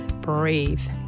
breathe